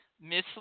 Miss